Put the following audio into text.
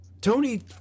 Tony